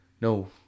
No